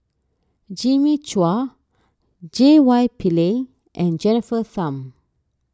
Jimmy Chua J Y Pillay and Jennifer Tham